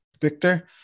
Victor